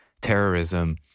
terrorism